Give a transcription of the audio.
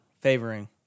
favoring